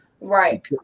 right